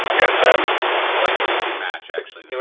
like yeah um i like that you two match, actually.